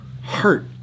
heart